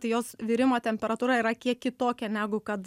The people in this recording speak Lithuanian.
tai jos virimo temperatūra yra kiek kitokia negu kad